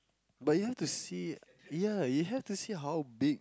but you have to see ya you have to see how big